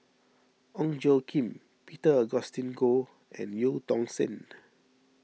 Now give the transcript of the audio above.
Ong Tjoe Kim Peter Augustine Goh and Eu Tong Sen